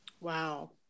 Wow